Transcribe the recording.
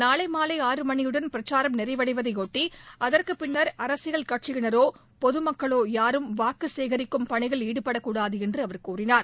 நாளை மாலை ஆறு மணியுடன் பிரச்சாரம் நிறைவடைவதையொட்டி அதற்குப் பின்னா் அரசியல் கட்சியினரோ பொதுமக்களோ யாரும் வாக்கு சேகிக்கும் பணியில் ஈடுபடக்கூடாது என்று அவர் தெரிவித்தார்